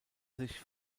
sich